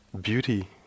beauty